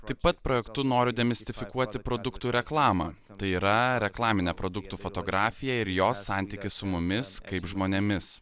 taip pat projektu noriu demistifikuoti produktų reklamą tai yra reklaminę produktų fotografiją ir jos santykį su mumis kaip žmonėmis